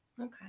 Okay